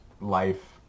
life